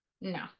no